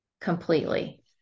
completely